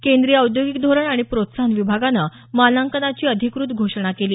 केंद्रीय आद्योगिक धोरण आणि प्रोत्साहन विभागानं मानांकनाची अधिकृत घोषणा केली